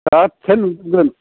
गासै नुजोबगोन